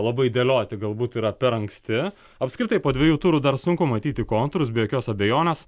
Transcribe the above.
labai dėlioti galbūt yra per anksti apskritai po dviejų turų dar sunku matyti kontūrus be jokios abejonės